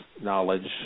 knowledge